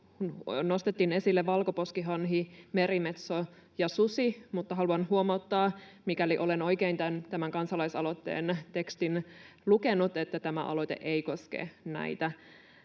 nostettiin esille valkoposkihanhi, merimetso ja susi, mutta haluan huomauttaa, mikäli olen oikein tämän kansalaisaloitteen tekstin lukenut, että tämä aloite ei koske näitä.